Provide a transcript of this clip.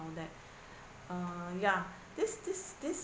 all that uh ya this this this